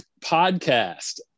podcast